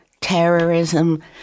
terrorism